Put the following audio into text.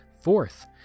Fourth